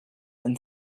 and